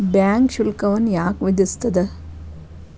Bank ಶುಲ್ಕವನ್ನ ಯಾಕ್ ವಿಧಿಸ್ಸ್ತದ?